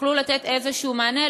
תוכלו לתת איזשהו מענה,